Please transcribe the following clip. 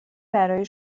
برای